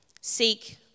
Seek